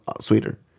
sweeter